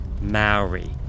Maori